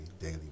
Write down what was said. daily